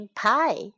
pie